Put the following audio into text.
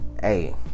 hey